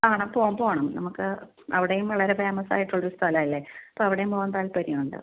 ആണ് പോകാം പോണം നമുക്ക് അവിടെയും വളരെ ഫേമസ് ആയിട്ടുള്ളൊരു സ്ഥലമല്ലെ അപ്പം അവിടെയും പോകാൻ താൽപ്പര്യമു ണ്ട്